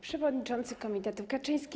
Przewodniczący Komitetu Kaczyński!